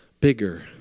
bigger